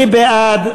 מי בעד?